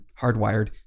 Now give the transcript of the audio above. hardwired